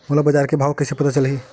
मोला बजार के भाव ह कइसे पता चलही?